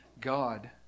God